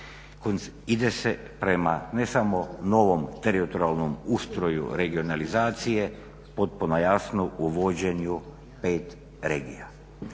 ide se prema ne samo novom teritorijalnom ustroju regionalizacije potpuno jasno uvođenju pet regija